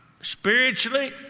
spiritually